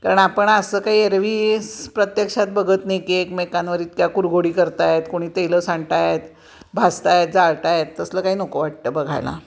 कारण आपण असं काही एरवी प्रत्यक्षात बघत नाही की एकमेकांवर इतक्या कुरघोडी करत आहेत कोणी तेलं सांडत आहेत भाजत आहेत जाळत आहेत तसलं काही नको वाटतं बघायला